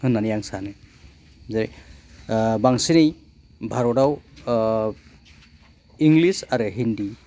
होन्नानै आं सानो जे ओह बांसिनै भारताव इंलिस आरो हिन्दी